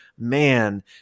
Man